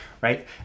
Right